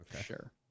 Sure